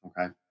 Okay